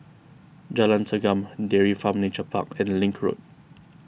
Jalan Segam Dairy Farm Nature Park and Link Road